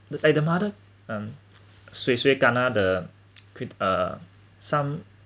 and the mother um sui sui ga na the cr~ uh some